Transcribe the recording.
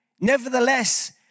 Nevertheless